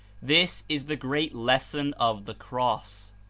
this is the great lesson of the cross.